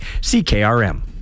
CKRM